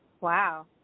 Wow